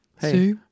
Hey